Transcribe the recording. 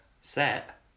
set